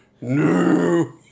No